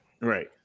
Right